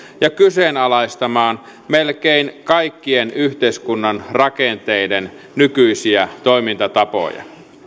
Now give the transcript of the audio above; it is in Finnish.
ja kyseenalaistamaan melkein kaikkien yhteiskunnan rakenteiden nykyisiä toimintatapoja